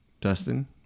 Dustin